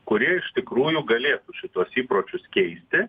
kurie iš tikrųjų galėtų šituos įpročius keisti